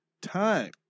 time